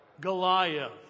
Goliath